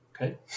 Okay